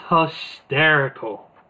hysterical